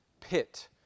pit